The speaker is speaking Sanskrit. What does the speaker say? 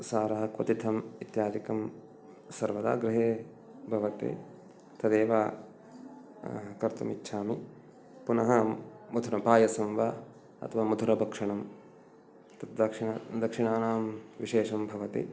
सारः क्वतिथम् इत्यादिकं सर्वदा गृहे भवति तदेव कर्तुम् इच्छामि पुनः मधुरं पायसम् वा अथवा मधुरभक्षणम् तत् दक्षिणानां विशेषं भवति